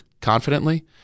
confidently